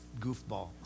goofball